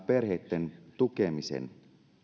perheitten tukemisen